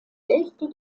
hälfte